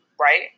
right